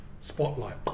Spotlight